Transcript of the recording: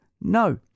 No